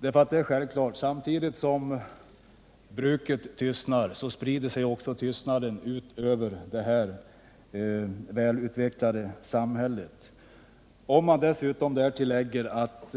Det är självklart att tystnaden också sprider sig över detta väl utvecklade samhälle samtidigt som bruket tystnar. Om man dessutom tillägger att